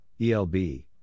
ELB